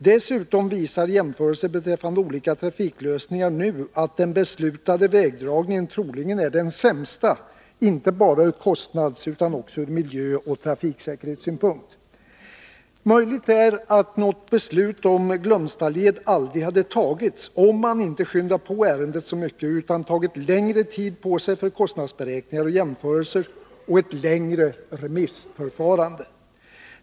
Dessutom visar jämförelser mellan olika trafiklösningar nu att den beslutade vägdragningen troligen är den sämsta, inte bara ur kostnadsutan också ur miljöoch trafiksäkerhetssynpunkt. Det är möjligt att beslutet om Glömstaleden aldrig hade fattats, om man inte skyndat på ärendet så mycket utan tagit längre tid på sig för kostnadsberäkningar och jämförelser och för remissförfarandet.